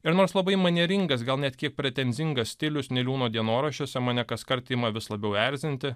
ir nors labai manieringas gal net kiek pretenzingas stilius niliūno dienoraščiuose mane kaskart ima vis labiau erzinti